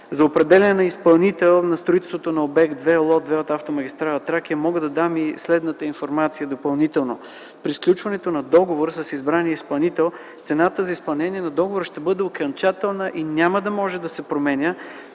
За определяне на изпълнител на строителството на обект лот 2, автомагистрала „Тракия”, мога да дам следната допълнителна информация. При сключването на договора с избрания изпълнител цената за изпълнение на договора ще бъде окончателна и няма да може да се променя